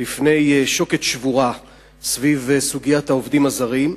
בפני שוקת שבורה סביב סוגיית העובדים הזרים,